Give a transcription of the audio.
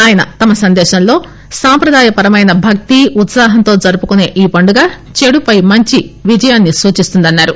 ఆయన తమ సందేశంలో సాంప్రదాయ పరమైన భక్తి ఉత్పాహంతో జరుపుకునే ఈ పండుగ చేడుపై మంచి విజయాన్ని సూచిస్తుందన్నారు